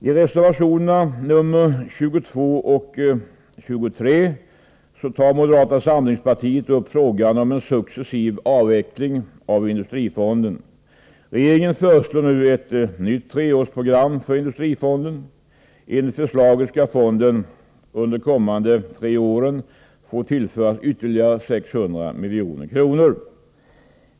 I reservationerna nr 22 och 23 tar moderata samlingspartiet upp frågan om en successiv avveckling av Industrifonden. Regeringen föreslår nu ett treårsprogram för Industrifonden. Enligt förslaget skall fonden under de kommande tre åren få tillföras ytterligare 600 milj.kr.